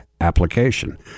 application